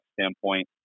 standpoint